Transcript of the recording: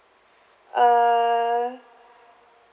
err